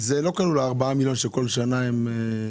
בזה לא כלולים 4 מיליון השקלים שבכל שנה הם מבקשים?